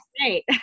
great